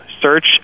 search